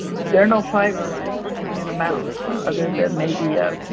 there are no fiber in in a mouse other than maybe a,